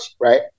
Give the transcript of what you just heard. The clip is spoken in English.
right